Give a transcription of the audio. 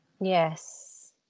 yes